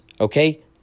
Okay